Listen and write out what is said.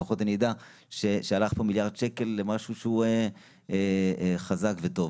לפחות אני אדע שהלכו פה מיליארד שקל למשהו שהוא חזק וטוב.